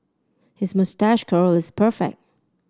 his moustache curl is perfect